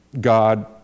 God